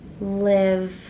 live